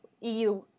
EU